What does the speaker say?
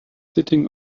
sitting